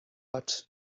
but